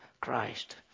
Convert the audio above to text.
christ